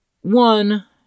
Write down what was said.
one